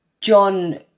John